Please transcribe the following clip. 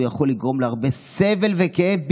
הוא יכול לגרום להרבה סבל וכאב,